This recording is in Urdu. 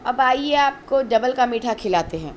اب آئیے آپ کو ڈبل کا میٹھا کھلاتے ہیں